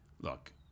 Look